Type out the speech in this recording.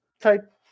type